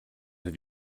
have